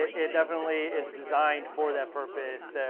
it definitely is designed for that purpose,